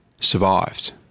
survived